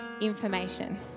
information